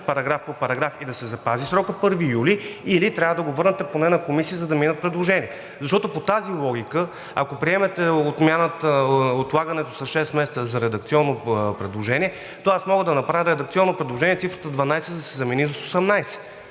параграф по параграф и да се запази срокът 1 юли, или трябва да го върнете поне на Комисията, за да минат предложенията, защото по тази логика, ако приемете отлагането с шест месеца за редакционно предложение, то аз мога да направя редакционно предложение цифрата „12“ да се замени с „18“.